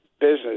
business